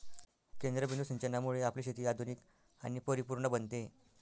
केंद्रबिंदू सिंचनामुळे आपली शेती आधुनिक आणि परिपूर्ण बनते